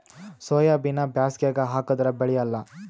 ಸೋಯಾಬಿನ ಬ್ಯಾಸಗ್ಯಾಗ ಹಾಕದರ ಬೆಳಿಯಲ್ಲಾ?